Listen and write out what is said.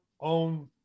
own